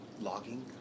Logging